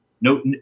No